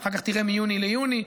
אחר כך תראה מיוני ליוני,